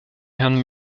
herrn